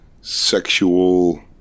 sexual